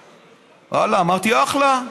ואללה, אמרתי, אחלה.